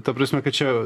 ta prasme kad čia